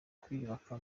kwiyubaka